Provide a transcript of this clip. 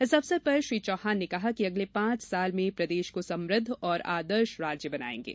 इस अवसर पर श्री चौहान ने कहा कि अगले पांच साल में प्रदेश को समृद्ध और आदर्श राज्य बनाएगे